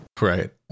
Right